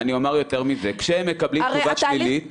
אני אומר יותר מזה, כשהם מקבלים תשובה שלילית,